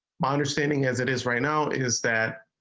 my understanding as it is right now is that.